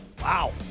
wow